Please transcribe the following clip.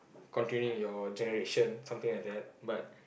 continue your generation something like that